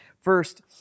First